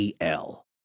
AL